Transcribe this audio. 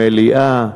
מליאה,